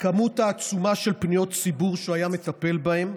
הכמות העצומה של פניות ציבור שהוא היה מטפל בהן,